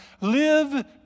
live